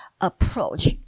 approach